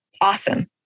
awesome